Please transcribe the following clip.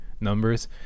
numbers